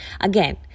Again